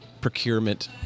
procurement